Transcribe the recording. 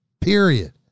period